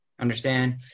Understand